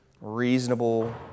reasonable